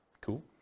Cool